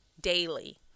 daily